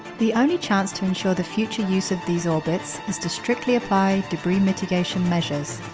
the only chance to ensure the future use of these orbits is to strictly apply debris mitigation measures.